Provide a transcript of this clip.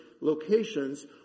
locations